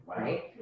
right